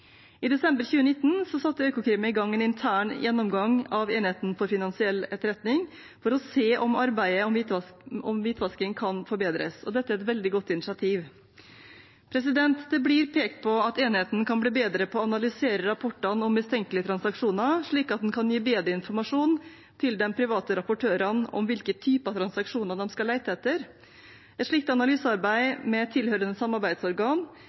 I desember 2019 satte Økokrim i gang en intern gjennomgang av Enheten for finansiell etterretning for å se om arbeidet mot hvitvasking kan forbedres. Dette er et veldig godt initiativ. Det blir pekt på at enheten kan bli bedre på å analysere rapportene om mistenkelige transaksjoner, slik at en kan gi bedre informasjon til de private rapportørene om hvilke typer transaksjoner de skal lete etter. Et slikt analysearbeid med tilhørende samarbeidsorgan